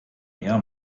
hea